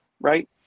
right